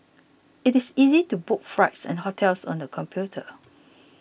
it is easy to book flights and hotels on the computer